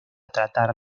tratar